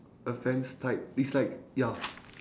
a fence type it's like ya